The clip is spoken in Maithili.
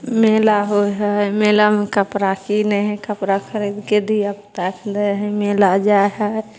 मेला होइ हइ मेलामे कपड़ा किनै हइ कपड़ा खरिदके धिआपुताके लै हइ मेला जाइ हइ